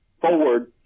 forward